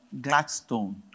Gladstone